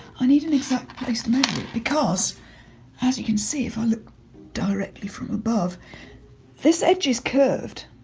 i need an exact place to measure it because as you can see if i look directly from above this edge is curved.